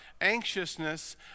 anxiousness